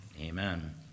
Amen